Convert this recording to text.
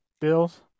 Bills